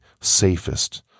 safest